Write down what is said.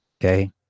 Okay